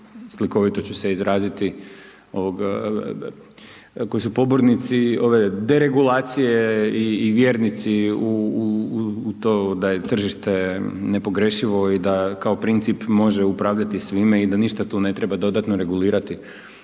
slikovito ću se izraziti, ovoga koji su pobornici ove deregulacije i vjernici u to da je tržište nepogrešivo i da kao princip može upravljati svime i da ništa tu ne treba dodatno regulirati.